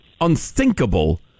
unthinkable